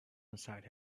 inside